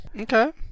Okay